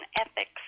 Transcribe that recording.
ethics